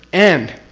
and.